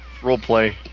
roleplay